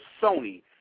Sony